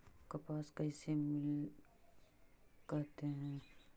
कपास किसे कहते हैं?